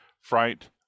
fright